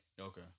Okay